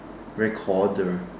recorder